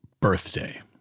birthday